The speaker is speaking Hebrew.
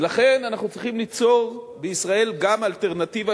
ולכן אנחנו צריכים ליצור בישראל גם אלטרנטיבה